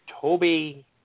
Toby